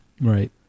Right